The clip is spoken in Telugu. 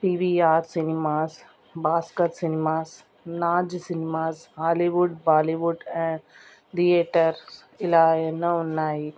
PVR cinemas Bhaskar cinemas Naz cinemas Hollywood Bollywood theatres ఇలా ఎన్నో ఉన్నాయి